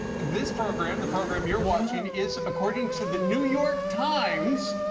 this program, the program you're watching, is, according to the new york times.